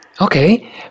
Okay